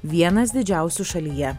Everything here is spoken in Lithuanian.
vienas didžiausių šalyje